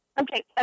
okay